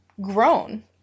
grown